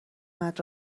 مرد